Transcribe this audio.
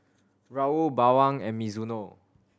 Raoul Bawang and Mizuno